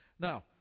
Now